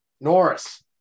Norris